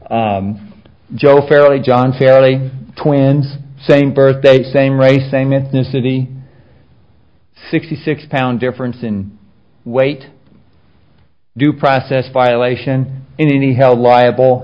joe fairly john fairly twins same birthdate same race same ethnicity sixty six pound difference in weight due process violation in any held liable